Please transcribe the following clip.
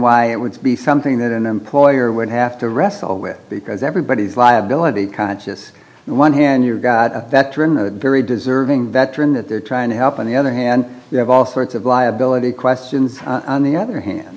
why it would be something that an employer would have to wrestle with because everybody's liability conscious and one hand you've got a veteran of the very deserving veteran that they're trying to help on the other hand you have all sorts of liability questions on the other hand